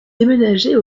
déménager